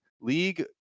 League